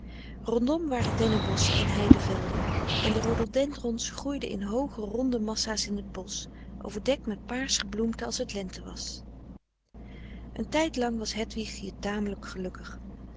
rondom waren dennebosschen en heidevelden en de rhododendrons groeiden in hooge ronde massaas in t bosch overdekt met paarsch gebloemte als t lente was een tijdlang was hedwig hier tamelijk gelukkig